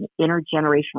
intergenerational